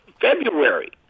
February